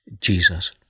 Jesus